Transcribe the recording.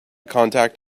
contact